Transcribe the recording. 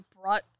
brought